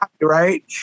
right